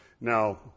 Now